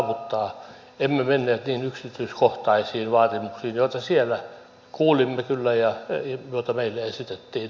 emme menneet niin yksityiskohtaisiin vaatimuksiin joita siellä kuulimme kyllä ja joita meille esitettiin